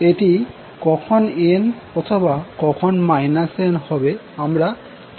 এটি কখন n অথবা n হবে আমরা কিভাবে ঠিক করবো